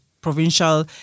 Provincial